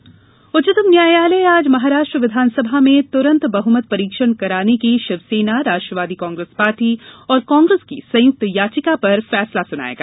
महाराष्ट्र सरकार उच्चतम न्यायालय आज महाराष्ट्र विधानसभा में तुरंत बहुमत परीक्षण कराने की शिव सेना राष्ट्रवादी कांग्रेस पार्टी और कांग्रेस की संयुक्त याचिका पर फैसला सुनाएगा